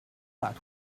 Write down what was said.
that